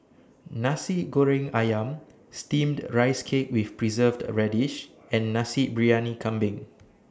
Nasi Goreng Ayam Steamed Rice Cake with Preserved Radish and Nasi Briyani Kambing